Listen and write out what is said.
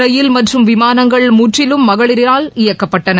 ரயில் மற்றும் விமானங்கள் முற்றிலும் மகளிரால் இயக்கப்பட்டன